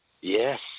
Yes